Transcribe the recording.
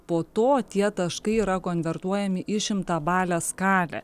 po to tie taškai yra konvertuojami į šimtabalę skalę